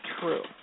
true